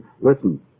Listen